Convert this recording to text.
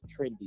trendy